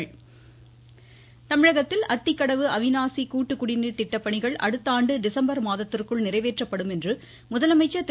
முதலமைச்சர் தமிழகத்தில் அத்திக்கடவு அவினாசி கூட்டு குடிநீர் திட்ட பணிகள் அடுத்தாண்டு டிசம்பர் மாதத்திற்குள் நிறைவேற்றப்படும் என்று முதலமைச்சர் திரு